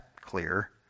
clear